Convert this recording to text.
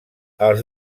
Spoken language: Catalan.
els